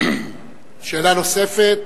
שאלה נוספת,